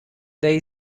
they